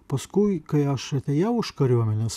paskui kai aš atėjau iš kariuomenės